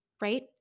Right